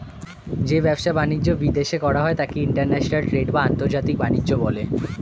যে ব্যবসা বাণিজ্য বিদেশে করা হয় তাকে ইন্টারন্যাশনাল ট্রেড বা আন্তর্জাতিক বাণিজ্য বলে